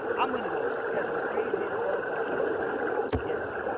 i'm gonna do all this. yes as crazy as all of that sounds yes